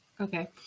Okay